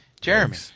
Jeremy